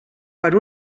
per